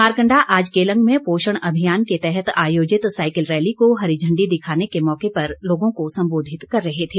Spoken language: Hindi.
मारकंडा आज केलंग में पोषण अभियान के तह आयोजित साइकिल रैली को हरी झंडी दिखाने के मौके पर लोगों को संबोधित कर रहे थे